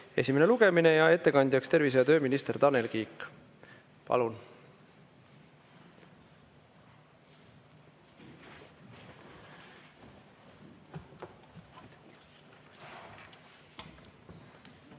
esimene lugemine. Ettekandja on tervise- ja tööminister Tanel Kiik. Palun!